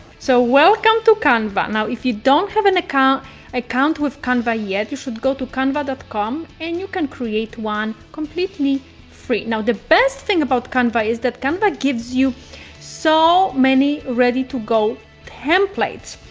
so welcome to canva. now, if you don't have an account account with canva yet, you should go to canva dot com and you can create one completely free. the best thing about canva is that canva gives you so many ready to go templates.